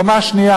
קומה שנייה,